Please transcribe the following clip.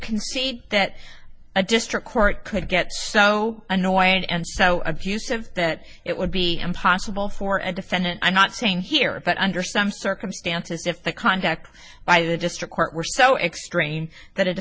concede that a district court could get so annoyed and so abusive that it would be impossible for a defendant i'm not saying here but under some circumstances if the contact by the district court were so extreme that a